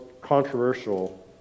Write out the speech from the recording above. controversial